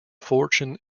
fortune